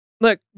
Look